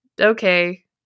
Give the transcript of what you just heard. okay